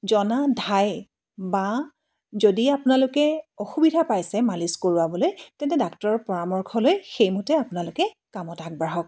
জনা ধাই বা যদি আপোনালোকে অসুবিধা পাইছে মালিচ কৰোৱাবলৈ তেন্তে ডাক্তৰৰ পৰামৰ্শ লৈ সেইমতে আপোনালোকে কামত আগবাঢ়ক